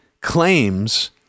claims